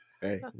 Hey